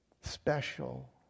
special